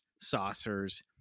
saucers